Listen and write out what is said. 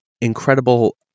incredible